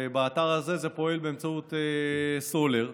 ובאתר הזה הוא פועל באמצעות סולר,